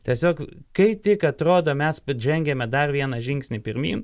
tiesiog kai tik atrodo mes žengiame dar vieną žingsnį pirmyn